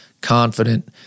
confident